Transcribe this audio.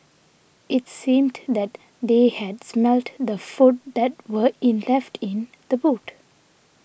it seemed that they had smelt the food that were in left in the boot